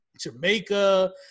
Jamaica